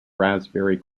raspberry